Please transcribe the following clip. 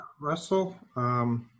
Russell